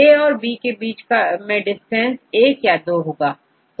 A औरB के बीच डिस्टेंस या 1 या2 होगा